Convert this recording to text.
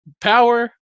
power